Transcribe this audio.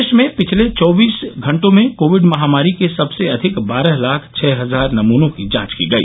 देश में पिछले चौबीस घंटों में कोविड महामारी के सबसे अधिक बारह लाख छः हजार नमूनों की जांच की गई